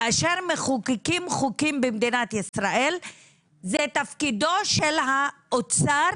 כאשר מחוקקים חוקים במדינת ישראל זה תפקידו של האוצר